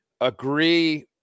agree